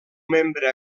membre